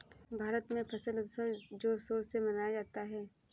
भारत में फसल उत्सव जोर शोर से मनाया जाता है